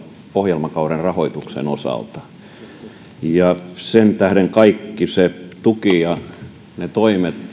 ohjelmakauden rahoituksen osalta ja sen tähden kaikki se tuki ja ne toimet